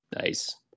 Nice